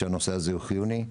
שהנושא הזה הוא חיוני.